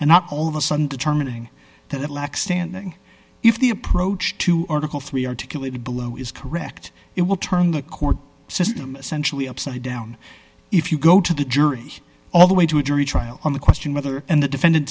and not all of a sudden determining that lack standing if the approach to article three articulated below is correct it will turn the court system essentially upside down if you go to the jury all the way to a jury trial on the question whether and the defendant